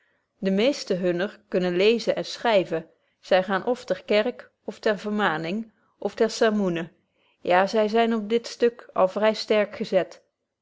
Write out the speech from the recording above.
de meeste hunner kunnen lezen en schryven zy gaan of ter kerk of ter vermaning of ten sermoene ja zy zyn op dit stuk al vry sterk gezet